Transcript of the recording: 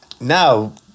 now